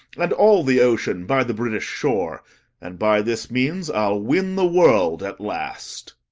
and all the ocean by the british shore and by this means i'll win the world at last.